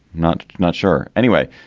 not not sure anyway,